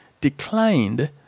declined